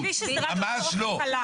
ממש לא.